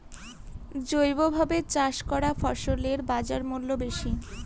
জৈবভাবে চাষ করা ফসলের বাজারমূল্য বেশি